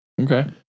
Okay